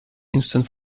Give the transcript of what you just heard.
instant